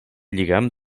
lligam